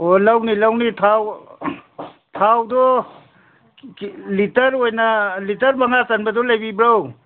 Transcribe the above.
ꯑꯣ ꯂꯧꯅꯤ ꯂꯧꯅꯤ ꯊꯥꯎ ꯊꯥꯎꯗꯣ ꯂꯤꯇꯔ ꯑꯣꯏꯅ ꯂꯤꯇꯔ ꯃꯉꯥ ꯆꯟꯕꯗꯣ ꯂꯩꯕꯤꯕ꯭ꯔꯣ